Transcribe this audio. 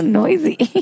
noisy